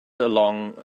along